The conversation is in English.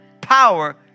power